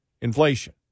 Inflation